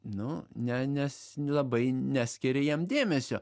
nu ne nes labai neskiria jam dėmesio